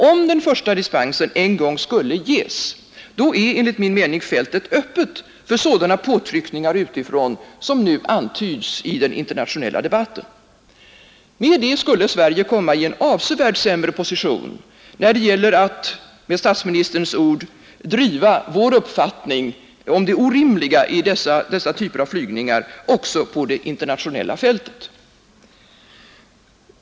Om den första dispensen en gång skulle ges, är enligt min mening fältet öppet för sådana påtryckningar utifrån som nu antyds i den internationella debatten. Med det skulle Sverige komma i en avsevärt sämre position när det gäller att, med statsministerns ord, driva vår uppfattning om det orimliga i dessa typer av flygningar också på det internationella fältet.